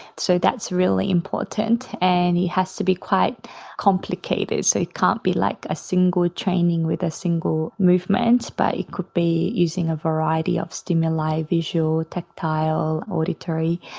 so that's really important. and it has to be quite complicated, so it can't be like a single training with a single movement, but it could be using a variety of stimuli visual, tactile, auditory.